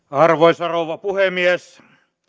arvoisa rouva puhemies